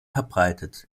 verbreitet